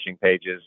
pages